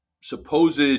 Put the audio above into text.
supposed